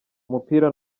umupira